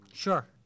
Sure